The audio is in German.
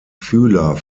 fühler